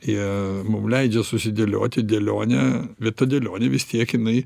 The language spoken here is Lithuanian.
jie mum leidžia susidėlioti dėlionę bet ta dėlionė vistiek jinai